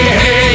hey